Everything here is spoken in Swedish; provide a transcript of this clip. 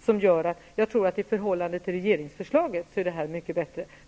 som gör att jag tror att detta är ett mycket bättre förslag än regeringens.